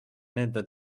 nende